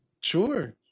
sure